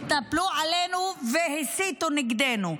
התנפלו עלינו והסיתו נגדנו.